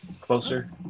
Closer